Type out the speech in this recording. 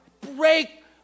break